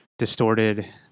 distorted